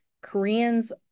Koreans